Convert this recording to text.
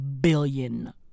billion